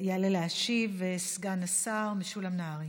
יעלה להשיב סגן השר משולם נהרי.